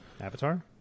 Avatar